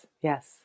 Yes